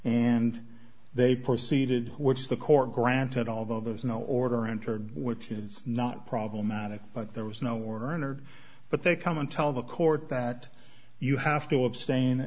and they proceeded which the court granted although there was no order entered which is not problematic but there was no werner but they come and tell the court that you have to abstain